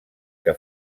que